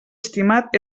estimat